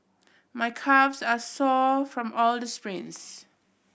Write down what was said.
my calves are sore from all the sprints